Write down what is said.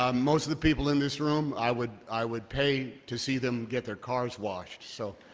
um most of the people in this room, i would i would pay to see them get their cars washed, so,